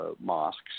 mosques